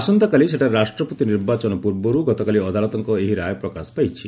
ଆସନ୍ତାକାଲି ସେଠାରେ ରାଷ୍ଟ୍ରପତି ନିର୍ବାଚନ ପୂର୍ବରୁ ଗତକାଲି ଅଦାଲତଙ୍କ ଏହି ରାୟ ପ୍ରକାଶ ପାଇଛି